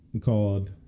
called